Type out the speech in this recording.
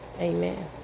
amen